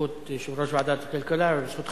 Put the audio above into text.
בזכות יושב-ראש ועדת הכלכלה ובזכותך,